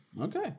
Okay